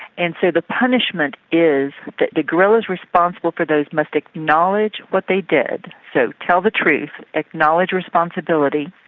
and so the punishment is that the guerrillas responsible for those must acknowledge what they did, so tell the truth, acknowledge responsibility,